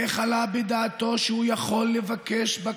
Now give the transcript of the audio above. אבל לא ביטוי כזה.